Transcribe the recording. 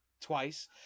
twice